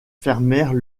fermèrent